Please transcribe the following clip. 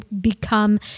become